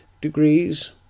degrees